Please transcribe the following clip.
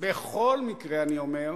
בכל מקרה, אני אומר: